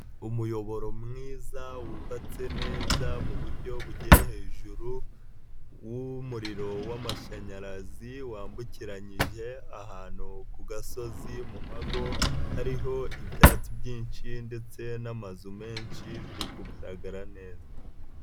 Umuyoboro mwiza wubatse neza muburyo bugiye hejuru, w'umuriro w'amashanyarazi wambukiranyije ahantu ku gasozi mu mumago, hariho ibyatsi byinshi ndetse n'amazu menshi biri kugaragara neza.